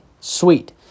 Sweet